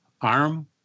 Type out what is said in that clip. arm